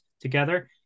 together